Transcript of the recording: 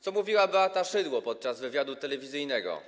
Co mówiła Beata Szydło podczas wywiadu telewizyjnego?